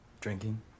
Drinking